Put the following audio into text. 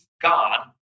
God